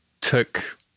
took